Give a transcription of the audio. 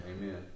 Amen